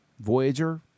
Voyager